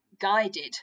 guided